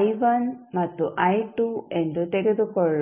i1 ಮತ್ತು i2 ಎಂದು ತೆಗೆದುಕೊಳ್ಳೋಣ